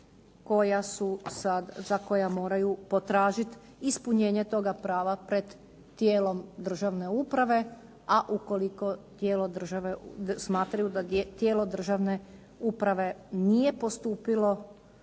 za koja moraju potražiti ispunjenje toga prava pred tijelom državne uprave. A ukoliko smatraju tijelo državne uprave nije postupilo